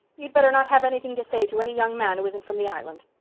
you'd better not have anything to say to any young man who isn't from the island.